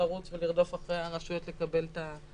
לרוץ ולרדוף אחרי הרשויות לקבל את ההעתק.